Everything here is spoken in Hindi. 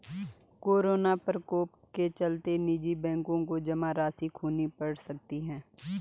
कोरोना प्रकोप के चलते निजी बैंकों को जमा राशि खोनी पढ़ सकती है